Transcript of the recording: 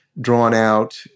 drawn-out